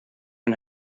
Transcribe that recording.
and